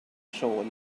soul